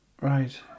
Right